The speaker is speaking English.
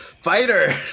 fighter